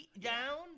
down